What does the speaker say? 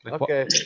Okay